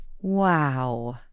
Wow